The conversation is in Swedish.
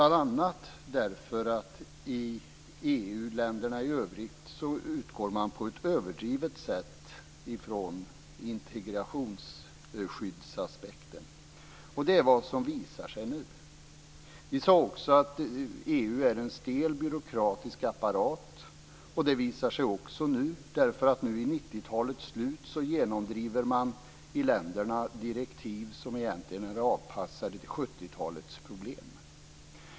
Ett av skälen var att i EU länderna i övrigt utgår man på ett överdrivet sätt från integrationsskyddsaspekten. Det är vad som visar sig nu. Vi sade också att EU är en stel byråkratisk apparat. Det visar sig också nu, därför att nu, i 90-talets slut, genomdriver man i länderna direktiv som egentligen är avpassade till 70-talets problem.